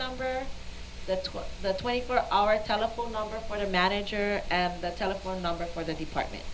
number the twelve the twenty four hour telephone number for the manager and the telephone number for the department